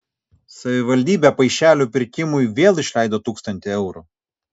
savivaldybė paišelių pirkimui vėl išleido tūkstantį eurų